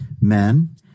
Men